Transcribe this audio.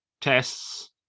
tests